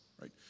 right